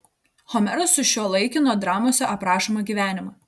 homeras sušiuolaikino dramose aprašomą gyvenimą